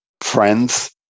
friends